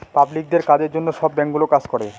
পাবলিকদের কাজের জন্য সব ব্যাঙ্কগুলো কাজ করে